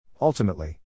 Ultimately